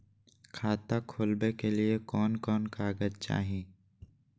खाता खोलाबे के लिए कौन कौन कागज चाही?